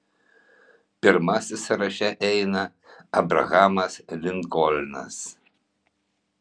pirmasis sąraše eina abrahamas linkolnas